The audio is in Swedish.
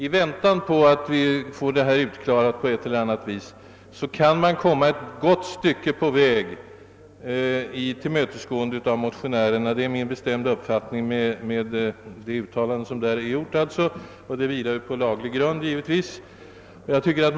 I väntan på att utredning sker på ett eller annat vis kan man alltså komma ett gott stycke på väg i tillmötesgående av motionärerna. Det är min bestämda uppfattning att så kan ske om man oftare handlar enligt det uttalande som här gjorts. Det vilar givetvis på laglig grund.